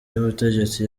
y’ubutegetsi